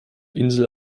insel